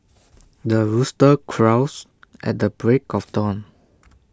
the rooster crows at the break of dawn